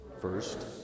First